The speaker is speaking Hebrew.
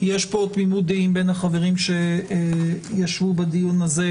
יש פה תמימות דעים בין החברים שישבו בדיון הזה,